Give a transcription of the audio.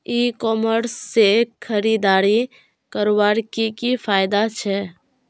ई commerce से खरीदारी करवार की की फायदा छे?